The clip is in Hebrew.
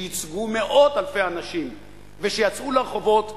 שייצגו מאות אלפי אנשים ושיצאו לרחובות,